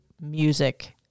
music